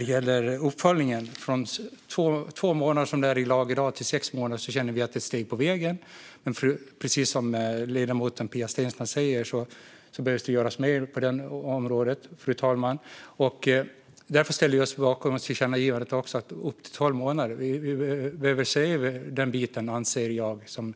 Sedan gäller det uppföljningen - från två månader, som det är i lag i dag, till sex månader. Vi känner att det är ett steg på vägen. Men precis som ledamoten Pia Steensland säger behöver det göras mer på det området, fru talman. Därför ställer vi oss bakom tillkännagivandet om att det ska vara upp till tolv månader. Vi behöver se över den biten, anser jag, som